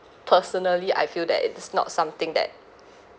personally I feel that it is not something that